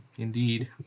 Indeed